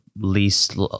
least